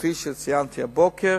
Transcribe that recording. כפי שציינתי הבוקר,